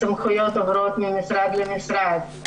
הסמכויות עוברות ממשרד למשרד,